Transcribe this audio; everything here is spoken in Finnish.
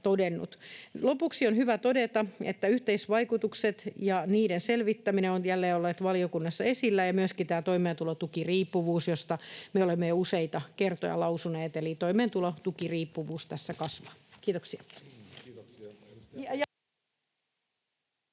Lopuksi on hyvä todeta, että yhteisvaikutukset ja niiden selvittäminen ovat jälleen olleet valiokunnassa esillä ja myöskin tämä toimeentulotukiriippuvuus, josta me olemme jo useita kertoja lausuneet, eli toimeentulotukiriippuvuus tässä kasvaa. — Kiitoksia.